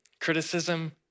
criticism